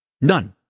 None